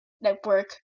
network